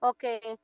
Okay